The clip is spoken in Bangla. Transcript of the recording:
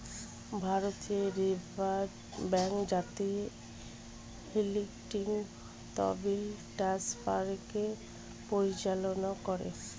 ভারতের রিজার্ভ ব্যাঙ্ক জাতীয় ইলেকট্রনিক তহবিল ট্রান্সফারকে পরিচালনা করে